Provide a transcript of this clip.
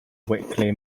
weekly